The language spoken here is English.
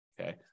Okay